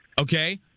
Okay